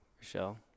Michelle